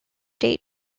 date